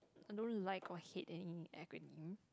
I don't like or hate any acronym